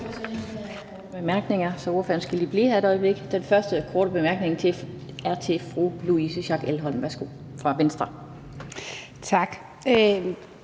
Tak